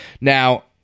Now